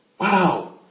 Wow